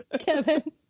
Kevin